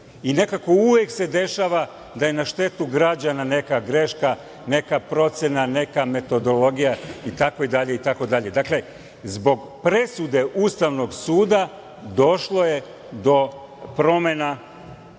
Nekako uvek se dešava da je na štetu građana neka greška, neka procena, neka metodologija itd. Dakle, zbog presude Ustavnog suda došlo je do promena